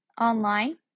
online